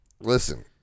listen